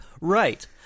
right